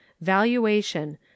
Valuation